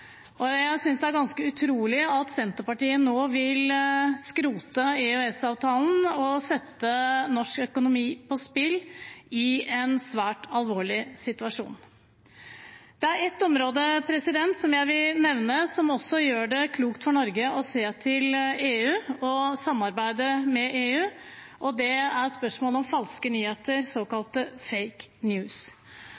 Jeg synes det er ganske utrolig at Senterpartiet nå vil skrote EØS-avtalen og sette norsk økonomi på spill i en svært alvorlig situasjon. Det er et område jeg vil nevne, som også gjør at det er klokt av Norge å se til EU og samarbeide med EU, og det er spørsmålet om falske nyheter,